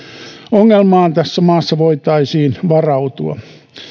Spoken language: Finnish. ongelmaan tässä maassa voitaisiin varautua